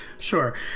Sure